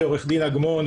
מכיוון שעורך דין אגמון,